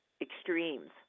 extremes